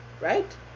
Right